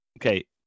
Okay